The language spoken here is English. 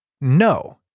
No